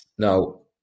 Now